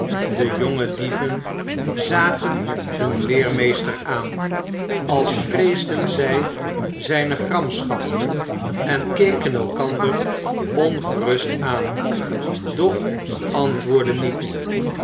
de jonge dieven zagen hun leermeester aan als vreesden zij zijne gramschap en keken elkander ongerust aan doch antwoordden niet